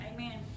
Amen